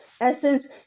essence